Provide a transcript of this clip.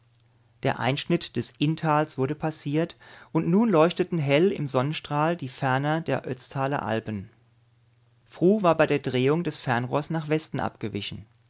der einschnitt des inntals wurde passiert und nun leuchteten hell im sonnenstrahl die ferner der ötztaler alpen fru war bei der drehung des fernrohrs nach westen abgewichen